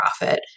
profit